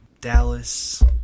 Dallas